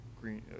green